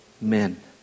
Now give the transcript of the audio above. men